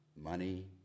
money